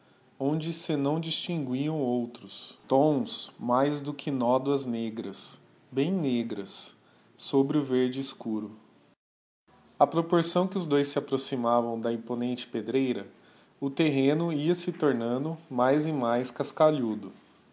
onde se não distinguiam outros digiti zedby google tons mais do que nódoas negras bem negras sobre o verde escuro a proporção que os dois se approximavam da imponente pedreira o terreno ia se tornando mais e mais cascalhudo